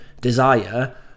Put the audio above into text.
desire